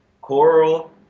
Coral